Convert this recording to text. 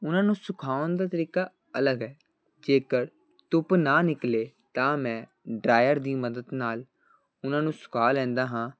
ਉਹਨਾਂ ਨੂੰ ਸੁਖਾਉਣ ਦਾ ਤਰੀਕਾ ਅਲੱਗ ਹੈ ਜੇਕਰ ਧੁੱਪ ਨਾ ਨਿਕਲੇ ਤਾਂ ਮੈਂ ਡਰਾਇਰ ਦੀ ਮਦਦ ਨਾਲ ਉਹਨਾਂ ਨੂੰ ਸੁਕਾ ਲੈਂਦਾ ਹਾਂ